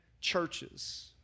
churches